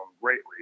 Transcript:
greatly